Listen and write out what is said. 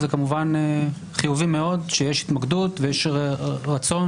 זה כמובן חיובי מאוד שיש התמקדות ויש רצון